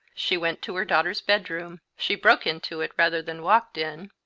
she went to her daughter's bedroom. she broke into it rather than walked in.